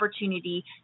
opportunity